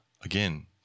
Again